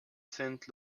saint